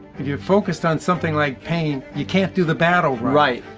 if you're focused on something like pain, you can't do the battle right.